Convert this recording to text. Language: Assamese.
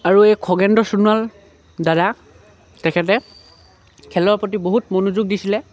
আৰু এই খগেন্দ্ৰ সোণোৱাল দাদা তেখেতে খেলৰ প্ৰতি বহুত মনোযোগ দিছিলে